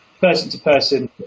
person-to-person